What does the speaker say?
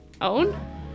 own